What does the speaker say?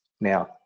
Now